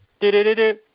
Do-do-do-do